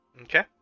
okay